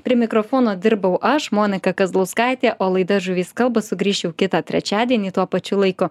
prie mikrofono dirbau aš monika kazlauskaitė o laida žuvys kalba sugrįš jau kitą trečiadienį tuo pačiu laiku